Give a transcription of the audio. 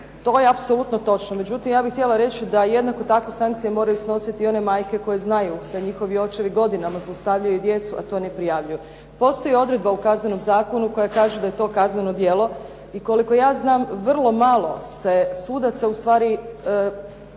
To je apsolutno točno. Međutim ja bih htjela reći da jednako tako sankcije moraju snositi i one majke koje znaju da njihovi očevi godinama zlostavljaju djecu, a to ne prijavljuju. Postoji odredba u Kaznenom zakonu koja kaže da je to kazneno djelo i koliko ja znam vrlo malo se sudaca ustvari